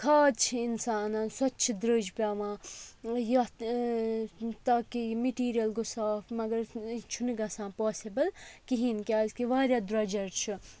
کھاد چھِ اِنسان اَنان سۄ تہِ چھِ دٔرٛج پٮ۪وان یَتھ تاکہِ یہِ مِٹیٖریَل گوٚو صاف مگر یہِ چھُنہٕ گژھان پاسِبٕل کِہیٖنۍ کیٛازکہِ واریاہ درٛوٚجَر چھُ